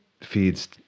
feeds